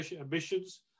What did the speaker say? ambitions